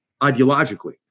ideologically